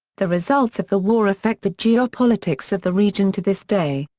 the results of the war affect the geopolitics of the region to this day.